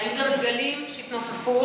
היו גם דגלים שהתנופפו,